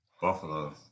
Buffalo